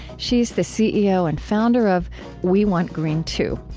she's the ceo and founder of we want green, too!